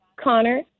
Connor